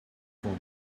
from